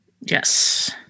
Yes